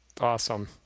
Awesome